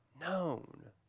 known